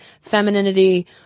femininity